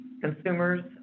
consumer's